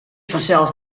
fansels